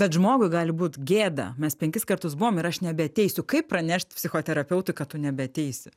bet žmogui gali būt gėda mes penkis kartus buvom ir aš nebeateisiu kaip pranešt psichoterapeutui kad tu nebeateisi